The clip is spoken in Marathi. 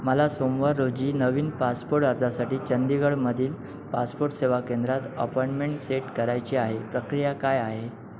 मला सोमवार रोजी नवीन पासपोर्ट अर्जासाठी चंदीगडमधील पासपोर्ट सेवा केंद्रात अपॉइंटमेंट सेट करायची आहे प्रक्रिया काय आहे